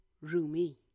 Rumi